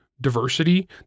diversity